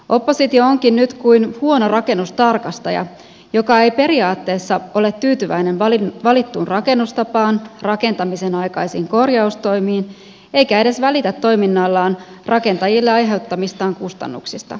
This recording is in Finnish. oppositio onkin nyt kuin huono rakennustarkastaja joka ei periaatteessa ole tyytyväinen valittuun rakennustapaan rakentamisenaikaisiin korjaustoimiin eikä edes välitä toiminnallaan rakentajille aiheuttamistaan kustannuksista